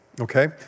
okay